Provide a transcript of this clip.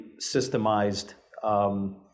systemized